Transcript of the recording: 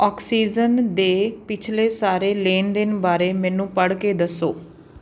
oxygen ਦੇ ਪਿਛਲੇ ਸਾਰੇ ਲੈਣ ਦੇਣ ਬਾਰੇ ਮੈਨੂੰ ਪੜ੍ਹ ਕੇ ਦੱਸੋ